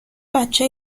بچه